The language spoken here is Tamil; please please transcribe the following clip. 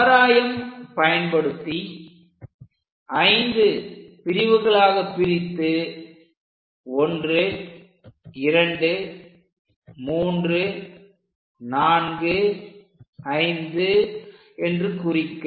கவராயம் பயன்படுத்தி ஐந்து பிரிவுகளாக பிரித்து 12345 என்று குறிக்க